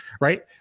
right